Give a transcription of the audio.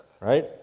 right